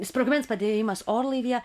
sprogmens padėjimas orlaivyje